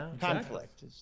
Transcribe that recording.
conflict